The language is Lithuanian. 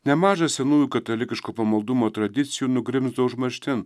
nemaža senųjų katalikiško pamaldumo tradicijų nugrimzdo užmarštin